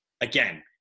again